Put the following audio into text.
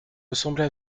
ressembler